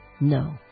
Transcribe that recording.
No